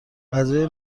غذای